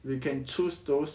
you can choose those